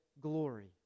glory